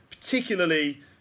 particularly